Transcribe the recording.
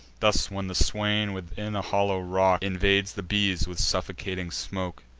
thus, when the swain, within a hollow rock, invades the bees with suffocating smoke,